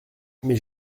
mais